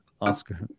oscar